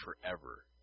forever